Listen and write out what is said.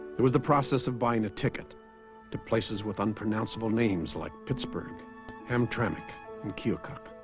it was the process of buying a ticket to places with unpronounceable names like pittsburgh em tremec and keokuk